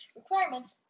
requirements